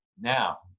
now